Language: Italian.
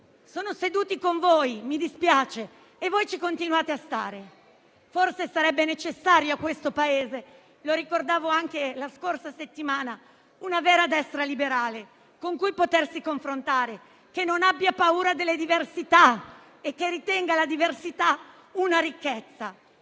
Sono seduti con voi, mi dispiace, e voi ci continuate a stare. Forse sarebbe necessaria a questo Paese - lo ricordavo anche la scorsa settimana - una vera destra liberale con cui potersi confrontare, che non abbia paura delle diversità e che ritenga la diversità una ricchezza.